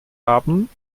haben